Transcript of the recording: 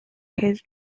his